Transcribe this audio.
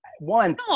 One